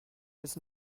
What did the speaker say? was